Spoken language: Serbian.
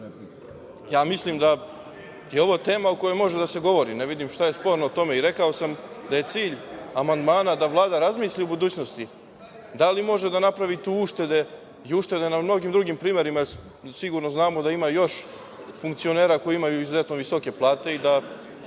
mislim da je ovo tema o kojoj može da se govori. Ne vidim šta je sporno u tome. Rekao sam da je cilj amandmana da Vlada razmisli u budućnosti da li može da napravi tu uštede i uštede na mnogim drugim primera, jer sigurno znamo da ima još funkcionera koji imaju izuzetno visoke plate i da